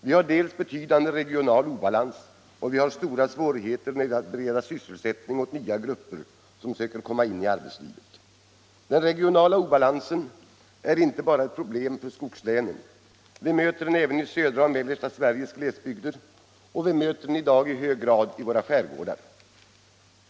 Vi har en betydande regional obalans, och vi har stora svårigheter när det gäller att bereda sysselsättning åt nya som söker komma in i arbetslivet. Den regionala obalansen är inte bara ett problem för skogslänen. Vi möter den även i södra och mellersta Sveriges glesbygder, och vi möter den i dag i hög grad i våra skärgårdar.